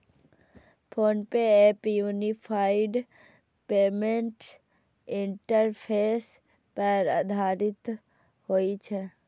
PhonePe app unified payments interface पर आधारित होइ छै